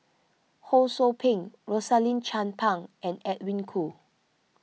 Ho Sou Ping Rosaline Chan Pang and Edwin Koo